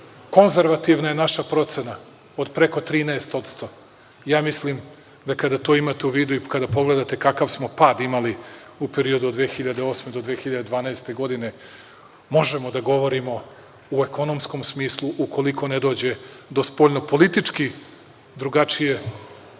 konzervativna je naša procena od preko 13%. Ja mislim da kada to imate u vidu i kada pogledate kakav smo pad imali u periodu od 2008. do 2012. godine, možemo da govorimo u ekonomskom smislu, ukoliko ne dođe do spoljno-politički drugačije